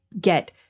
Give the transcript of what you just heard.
get